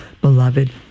beloved